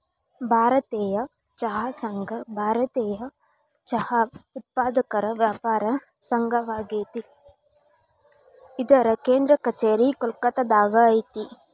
ಭಾರತೇಯ ಚಹಾ ಸಂಘ ಭಾರತೇಯ ಚಹಾ ಉತ್ಪಾದಕರ ವ್ಯಾಪಾರ ಸಂಘವಾಗೇತಿ ಇದರ ಕೇಂದ್ರ ಕಛೇರಿ ಕೋಲ್ಕತ್ತಾದಾಗ ಐತಿ